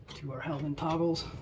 two are held in toggles.